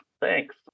Thanks